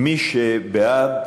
בעד,